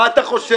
מה אתה חושב,